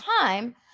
time